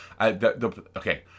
Okay